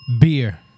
beer